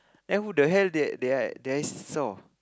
then who the hell did I did I did I saw